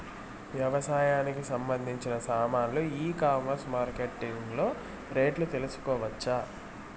వ్యవసాయానికి సంబంధించిన సామాన్లు ఈ కామర్స్ మార్కెటింగ్ లో రేట్లు తెలుసుకోవచ్చా?